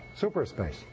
superspace